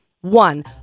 one